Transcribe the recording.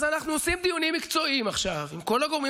אז אנחנו עושים עכשיו דיונים מקצועיים עם כל הגורמים